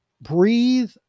breathe